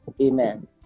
Amen